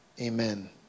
Amen